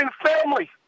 family